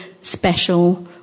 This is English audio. special